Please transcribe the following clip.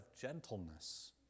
gentleness